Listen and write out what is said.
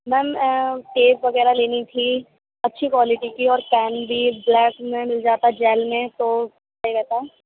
میم tape وغیرہ لینی تھی اچھی کوالٹی کی اور پین بھی بلیک میں مل جاتا جیل میں تو صحیح رہتا